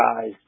guy's